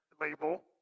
label